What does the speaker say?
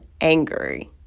angry